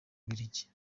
bubiligi